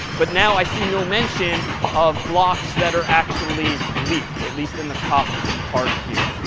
but now i see no mention of blocks that are actually leaked, at least in the top part here.